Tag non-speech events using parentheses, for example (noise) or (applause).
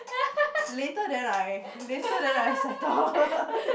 later then I later then I settle (laughs)